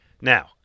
now